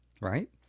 right